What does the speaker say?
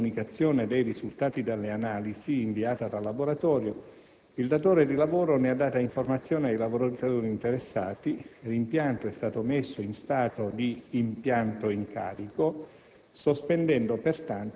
A seguito della comunicazione dei risultati delle analisi inviata dal laboratorio, il datore di lavoro ne ha data informazione ai lavoratori interessati e l'impianto è stato messo in stato di «impianto in carico»,